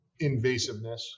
invasiveness